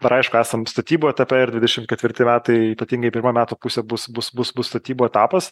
dabar aišku esam statybų etape ir dvidešimt ketvirti metai ypatingai pirma metų pusė bus bus bus bus statybų etapas